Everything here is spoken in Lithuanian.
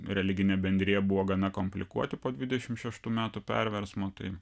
religine bendrija buvo gana komplikuoti po dvidešimt šeštų metų perversmo tai